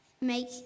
Make